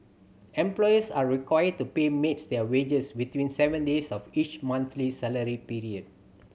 employers are required to pay maids their wages within seven days of each monthly salary period